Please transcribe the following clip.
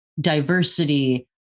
diversity